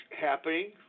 happening